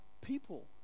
people